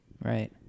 Right